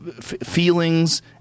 feelings